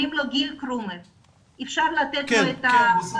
שמו גיל ואפשר לתת לו את רשות הדיבור.